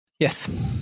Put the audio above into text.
yes